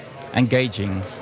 engaging